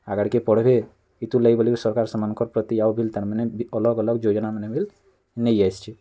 ଆଗଡ଼୍କେ ପଢ଼୍ବେ ଇଥିରୁ ଲାଗି ବୋଲିକିରି ସରକାର୍ ସେମାନଙ୍କର ପ୍ରତି ଆଉ ବିଲ୍ ତା'ର୍ ମାନେ ଅଲଗ୍ ଅଲଗ୍ ଯୋଜନାମାନେ ବିଲ୍ ନେଇ ଆସିଛି